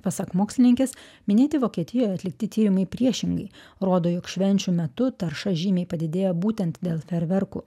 pasak mokslininkės minėti vokietijoje atlikti tyrimai priešingai rodo jog švenčių metu tarša žymiai padidėjo būtent dėl ferverkų